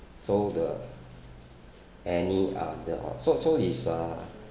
so the any other so so is uh